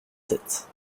sept